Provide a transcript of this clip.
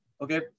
okay